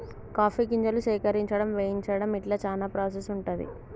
coffee గింజలు సేకరించడం వేయించడం ఇట్లా చానా ప్రాసెస్ ఉంటది